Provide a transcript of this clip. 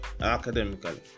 academically